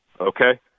Okay